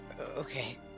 Okay